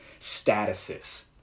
statuses